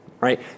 Right